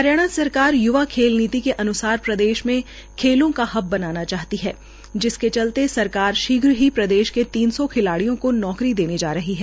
हरियाणा सरकार य्वा खेल नीति के अन्सार प्रदेश में खेलों की हब बनाना चाहती है जिसके चलत सरकार शीघ्र ही प्रदेश के तीन सौ खिलाड़ियों को नौकरी देने जा रही है